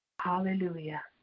Hallelujah